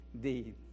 deed